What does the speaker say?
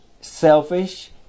selfish